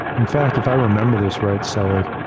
in fact, if i remember this, right, sully,